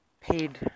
paid